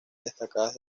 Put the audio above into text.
destacadas